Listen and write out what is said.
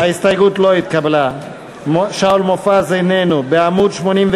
ההסתייגויות של קבוצת סיעת חד"ש לסעיף 20,